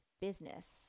business